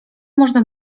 można